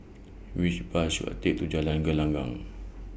Which Bus should I Take to Jalan Gelenggang